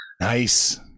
Nice